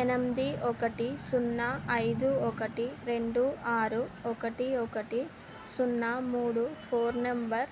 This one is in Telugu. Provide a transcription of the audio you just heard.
ఎనిమిది ఒకటి సున్నా ఐదు ఒకటి రెండు ఆరు ఒకటి ఒకటి సున్నా మూడు ఫోన్ నంబర్